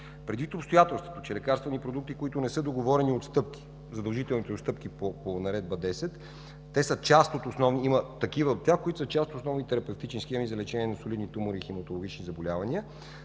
Предвид обстоятелството, че лекарствените продукти, за които не са договорени отстъпки – задължителните отстъпки по Наредба № 10, има такива от тях, които са част от основни терапевтични схеми за лечение на солидни тумори и хематологични заболявания,